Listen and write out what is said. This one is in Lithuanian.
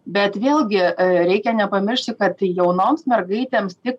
bet vėlgi reikia nepamiršti kad tai jaunoms mergaitėms tik